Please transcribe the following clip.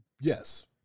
yes